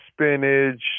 spinach